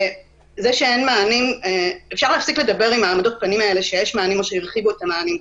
אפשר להפסיק לדבר עם העמדת הפנים הזאת שיש מענים או שהרחיבו את המענים.